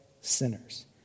sinners